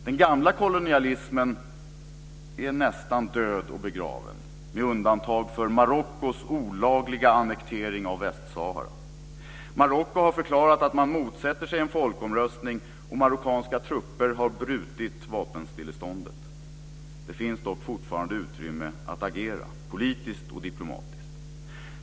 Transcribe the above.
Den gamla kolonialismen är nästan död och begraven med undantag för Marockos olagliga annektering av Västsahara. Marocko har förklarat att man motsätter sig en folkomröstning, och marockanska trupper har brutit mot vapenstilleståndet. Det finns dock fortfarande utrymme att agera politiskt och diplomatiskt.